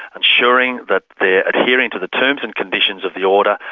ensuring that they are adhering to the terms and conditions of the order,